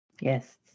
Yes